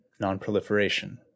nonproliferation